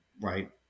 right